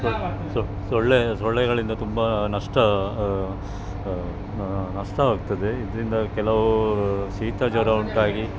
ಸೊಳ್ಳೆ ಸೊಳ್ಳೆಗಳಿಂದ ತುಂಬ ನಷ್ಟ ನಷ್ಟವಾಗ್ತದೆ ಇದರಿಂದ ಕೆಲವು ಶೀತ ಜ್ವರ ಉಂಟಾಗಿ